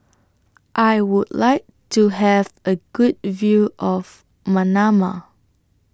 I Would like to Have A Good View of Manama